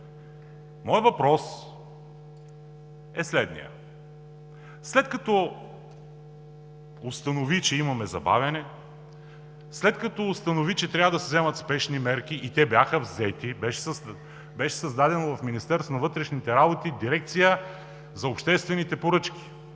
Моят въпрос е следният: след като установи, че имаме забавяне, след като установи, че трябва да се вземат спешни мерки и те бяха взети – беше създадена в Министерството на вътрешните работи дирекция за обществените поръчки,